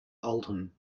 oldham